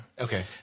Okay